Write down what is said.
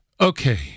okay